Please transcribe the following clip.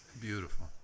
Beautiful